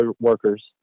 workers